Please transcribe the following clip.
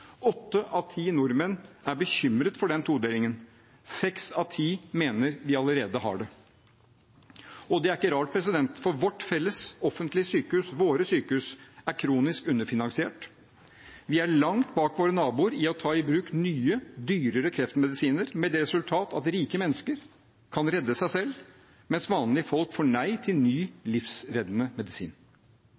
Åtte av ti nordmenn er bekymret for den todelingen. Seks av ti mener vi allerede har det. Og det er ikke rart, for vårt felles offentlige sykehus, våre sykehus, er kronisk underfinansiert. Vi er langt bak våre naboer i å ta i bruk nye, dyrere kreftmedisiner, med det resultat at rike mennesker kan redde seg selv, mens vanlige folk får nei til ny, livreddende medisin.